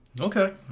Okay